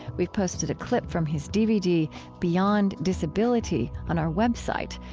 we've posted a clip from his dvd beyond disability on our website.